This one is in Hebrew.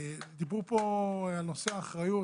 דיברו פה על נושא האחריות.